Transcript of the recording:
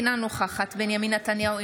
אינה נוכחת בנימין נתניהו,